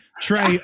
Trey